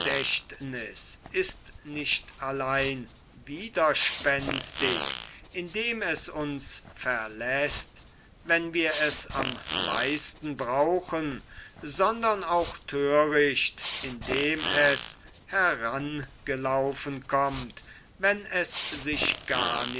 ist nicht allein widerspänstig indem es uns verläßt wann wir es am meisten brauchen sondern auch thöricht indem es herangelaufen kommt wann es sich